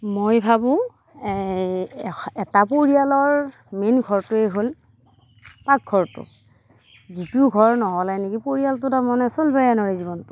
মই ভাবোঁ এটা পৰিয়ালৰ মেইন ঘৰটোৱেই হ'ল পাকঘৰটো যিটো ঘৰ নহ'লে নেকি পৰিয়ালটো তাৰমানে চলবাই ন'ৰি জীৱনটো